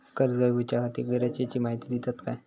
कर्ज घेऊच्याखाती गरजेची माहिती दितात काय?